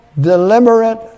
deliberate